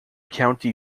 county